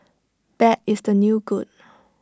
bad is the new good